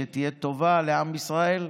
שתהיה טובה לעם ישראל,